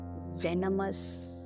venomous